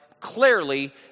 clearly